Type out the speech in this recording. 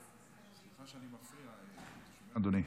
סליחה שאני מפריע, אדוני.